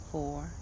four